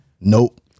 Nope